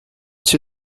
two